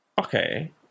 okay